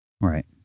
Right